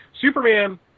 Superman